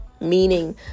meaning